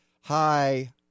hi